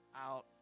out